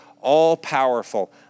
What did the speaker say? all-powerful